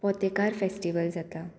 पोतेकार festival जाता